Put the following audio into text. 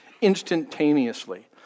instantaneously